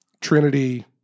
trinity